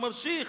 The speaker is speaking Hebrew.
הוא ממשיך: